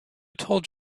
told